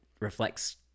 reflects